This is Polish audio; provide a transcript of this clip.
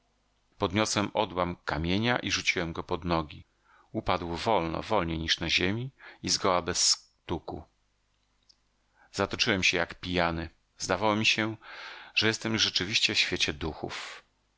podniosłem odłam kamienia i rzuciłem go pod nogi upadł wolno wolniej niż na ziemi i zgoła bez stuku zatoczyłem się jak pijany zdawało mi się że jestem już rzeczywiście w świecie duchów